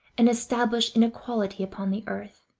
and establish inequality upon the earth.